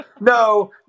no